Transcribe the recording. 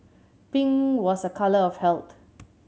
pink was a colour of health